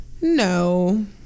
no